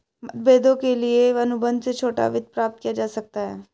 मतभेदों के लिए अनुबंध से छोटा वित्त प्राप्त किया जा सकता है